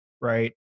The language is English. right